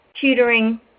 tutoring